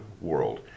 world